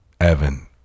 Evan